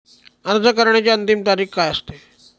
अर्ज करण्याची अंतिम तारीख काय असते?